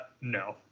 no